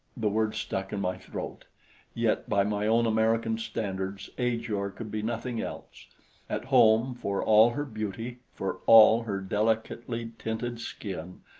the word stuck in my throat yet by my own american standards ajor could be nothing else at home, for all her beauty, for all her delicately tinted skin,